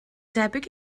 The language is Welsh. debyg